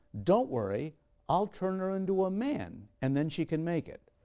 don't worry i'll turn her into a man and then she can make it.